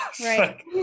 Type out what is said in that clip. right